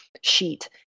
sheet